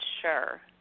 sure